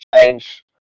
change